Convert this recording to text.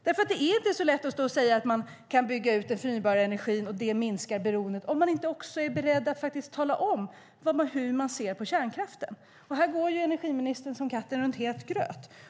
Det är inte så lätt att stå och säga att man kan bygga ut den förnybara energin och att det minskar beroendet om man inte också är beredd att tala om hur man ser på kärnkraften. Här går energiministern som katten runt het gröt.